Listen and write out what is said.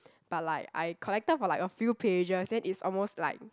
but like I collected for like a few pages then it's almost like